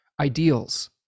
ideals